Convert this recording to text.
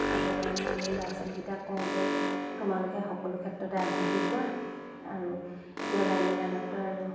আৰু সেইকাৰণে আমি ল'ৰা ছোৱালীকেইটাক কওঁ যে তোমালোকে সকলো ক্ষেত্ৰতে আগবাঢ়ি যোৱা আৰু এতিয়া ভায়লিনা দত্ত আৰু